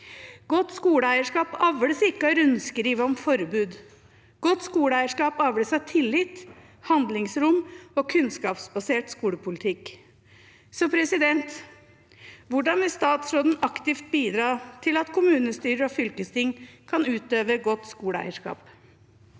Godt skoleeierskap avles ikke av rundskriv om forbud. Godt skoleeierskap avles av tillit, handlingsrom og kunnskapsbasert skolepolitikk. Hvordan vil statsråden aktivt bidra til at kommunestyrer og fylkesting kan utøve godt skoleeierskap?